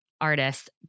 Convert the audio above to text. artist